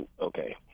okay